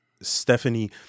Stephanie